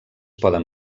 poden